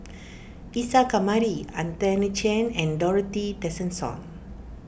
Isa Kamari Anthony Chen and Dorothy Tessensohn